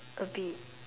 a bit